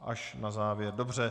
Až na závěr, dobře.